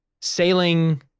sailing